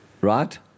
right